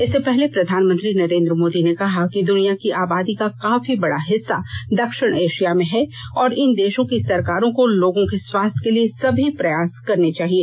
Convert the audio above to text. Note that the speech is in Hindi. इससे पहले प्रधानमंत्री नरेन्द्र मोदी ने कहा कि दुनिया की आबादी का काफी बड़ा हिस्सा दक्षिण एशिया में है और इन देशों की सरकारों को लोगों के स्वास्थ्य के लिए सभी प्रयास करने चाहिए